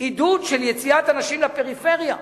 עידוד של יציאת אנשים לפריפריה,